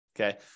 okay